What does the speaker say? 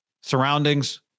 surroundings